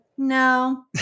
no